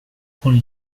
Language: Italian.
con